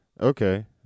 Okay